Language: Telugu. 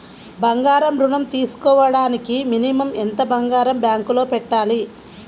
బంగారం ఋణం తీసుకోవడానికి మినిమం ఎంత బంగారం బ్యాంకులో పెట్టాలి?